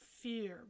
fear